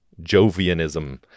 jovianism